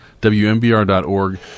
wmbr.org